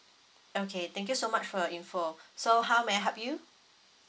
okay thank you so much for your info so how may I help you